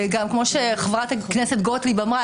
וגם כמו שחברת הכנסת גוטליב אמרה,